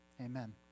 amen